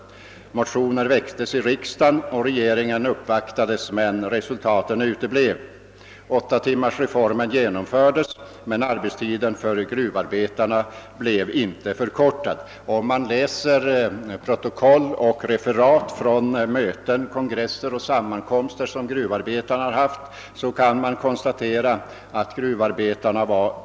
Motioner väcktes med jämna mellanrum i riksdagen och regeringen uppvaktades, men resultaten uteblev.